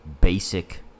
basic